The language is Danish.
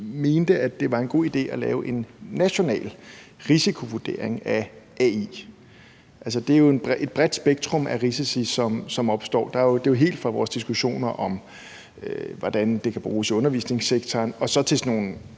mente, at det var en god idé at lave en national risikovurdering af AI. Altså, der er jo et bredt spektrum af risici, som opstår. Det er jo helt fra vores diskussioner om, hvordan det kan bruges i undervisningssektoren, og så til sådan nogle